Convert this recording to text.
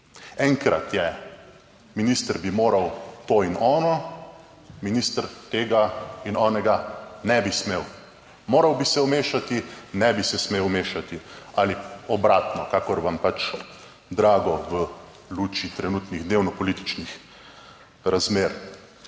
Enkrat je minister bi moral to in ono, minister tega in onega ne bi smel, moral bi se vmešati, ne bi se smel mešati, ali obratno, kakor vam pač drago v luči trenutnih dnevno političnih razmer.